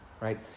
right